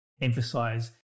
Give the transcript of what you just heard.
emphasize